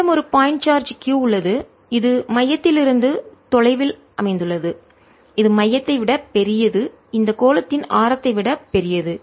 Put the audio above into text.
என்னிடம் ஒரு point charge q உள்ளது இது மையத்திலிருந்து தொலைவில் அமைந்துள்ளது இது மையத்தை விட பெரியது இந்த கோளத்தின் ஆரத்தை விட பெரியது